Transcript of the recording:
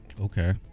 okay